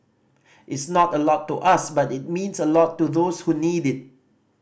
it's not a lot to us but it means a lot to those who need it